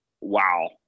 wow